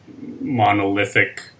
monolithic